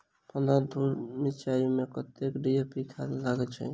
पन्द्रह धूर मिर्चाई मे कत्ते डी.ए.पी खाद लगय छै?